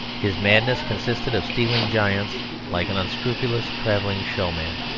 his madness consisted of stealing giants like an unscrupulous travelling showman.